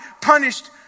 punished